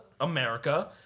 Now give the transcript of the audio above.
America